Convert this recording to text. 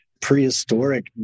prehistoric